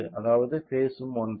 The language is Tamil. அதாவது பேஸ்ம் ஒன்றே